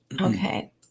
Okay